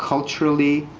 culturally,